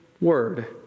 word